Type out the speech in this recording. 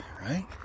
right